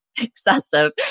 excessive